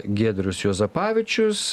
giedrius juozapavičius